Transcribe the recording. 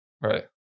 Right